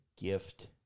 gift